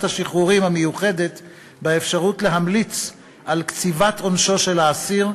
השחרורים המיוחדת באפשרות להמליץ על קציבת עונשו של האסיר,